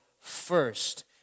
first